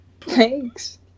Thanks